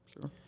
sure